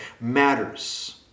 matters